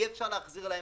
אי אפשר להחזיר להם,